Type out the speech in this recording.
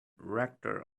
rector